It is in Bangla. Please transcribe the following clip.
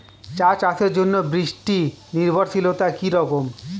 চা চাষের জন্য বৃষ্টি নির্ভরশীলতা কী রকম?